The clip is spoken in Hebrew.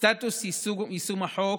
סטטוס יישום החוק